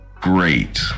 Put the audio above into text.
Great